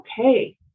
okay